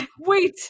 wait